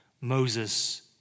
Moses